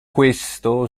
questo